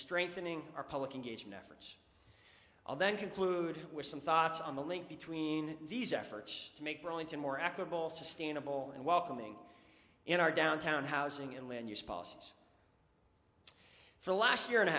strengthening our public engagement efforts all then conclude with some thoughts on the link between these efforts to make burlington more equitable sustainable and welcoming in our downtown housing and land use policies for the last year and a